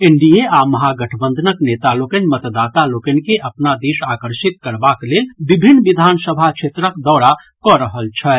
NDA आ महागठबंधनक नेता लोकनि मतदाता लोकनि के अपना दिस आकर्षित करबाक लेल विभिन्न विधानसभा क्षेत्रक दौरा कऽ रहल छथि